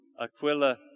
Aquila